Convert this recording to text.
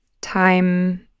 time